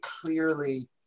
clearly